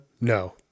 No